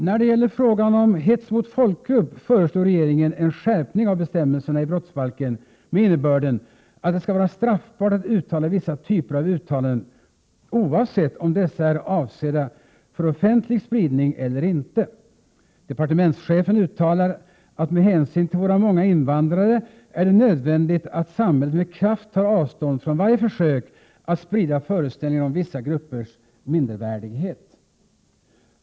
När det gäller frågan om hets mot folkgrupp föreslår regeringen en skärpning av bestämmelserna i brottsbalken med innebörden att det skall Prot. 1987/88:122 vara straffbart att göra vissa typer av uttalanden, oavsett om dessa är avsedda 18 maj 1988 för offentlig spridning eller inte. Departementschefen uttalar att det med hänsyn till våra många invandrare är nödvändigt att samhället med kraft tar avstånd från varje försök att sprida föreställningar om vissa gruppers mindervärdighet.